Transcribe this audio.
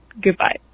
goodbye